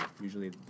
Usually